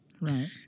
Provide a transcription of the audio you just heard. Right